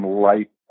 Light